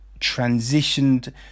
transitioned